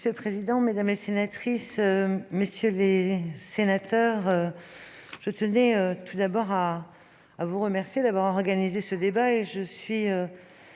Monsieur le président, mesdames, messieurs les sénateurs, je tenais tout d'abord à vous remercier d'avoir organisé ce débat. Je suis